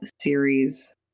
series